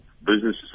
businesses